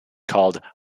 called